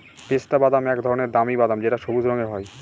পেস্তা বাদাম এক ধরনের দামি বাদাম যেটা সবুজ রঙের হয়